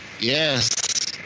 Yes